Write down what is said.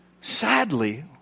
sadly